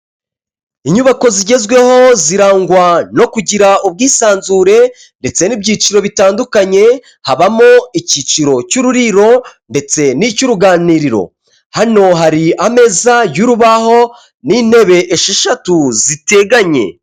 Inyubako zigezweho zirangwa no kugira ubwisanzure ndetse n'ibyiciro bitandukanye habamo icyiciro cy'ururiro ndetse n'icyo uruganiriro, hano hari ameza y'urubaho n'intebe esheshatu ziteganye.